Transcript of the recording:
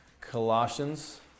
Colossians